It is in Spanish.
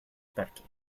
parque